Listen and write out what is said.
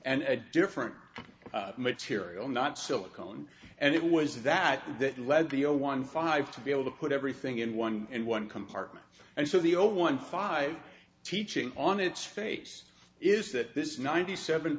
and a different material not silicone and it was that that led the zero one five to be able to put everything in one in one compartment and so the old one five teaching on its face is that this ninety seven